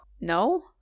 no